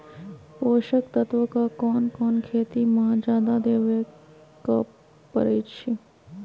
पोषक तत्व क कौन कौन खेती म जादा देवे क परईछी?